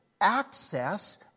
access